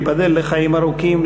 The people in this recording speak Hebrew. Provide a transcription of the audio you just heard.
ייבדל לחיים ארוכים,